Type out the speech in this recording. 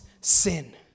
sin